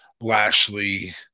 Lashley